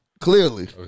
Clearly